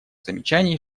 замечаний